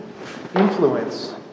influence